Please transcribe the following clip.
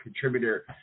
contributor